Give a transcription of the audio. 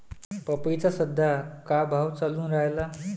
पपईचा सद्या का भाव चालून रायला?